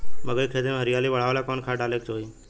मकई के खेती में हरियाली बढ़ावेला कवन खाद डाले के होई?